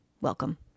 Welcome